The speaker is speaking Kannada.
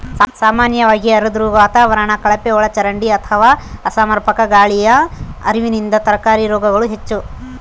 ಸಾಮಾನ್ಯವಾಗಿ ಆರ್ದ್ರ ವಾತಾವರಣ ಕಳಪೆಒಳಚರಂಡಿ ಅಥವಾ ಅಸಮರ್ಪಕ ಗಾಳಿಯ ಹರಿವಿನಿಂದ ತರಕಾರಿ ರೋಗಗಳು ಹೆಚ್ಚು